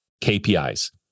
KPIs